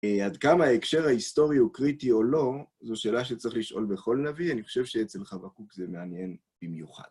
עד כמה ההקשר ההיסטורי הוא קריטי או לא? זו שאלה שצריך לשאול בכל נביא, אני חושב שאצלך, חבקוק, זה מעניין במיוחד.